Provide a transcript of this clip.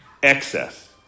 Excess